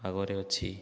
ଆଗରେ ଅଛି